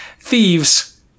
thieves